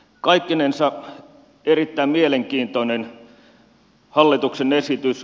kaikkinensa erittäin mielenkiintoinen hallituksen esitys